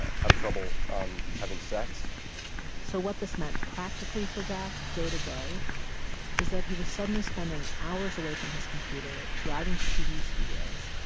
ah have trouble um having sex so what this meant practically for jack day to day is that he was suddenly spending hours away from his computer driving to tv studios.